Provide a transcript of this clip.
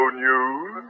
news